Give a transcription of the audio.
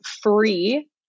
free